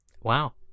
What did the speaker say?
Wow